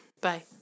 Bye